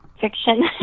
fiction